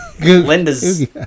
Linda's